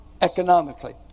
economically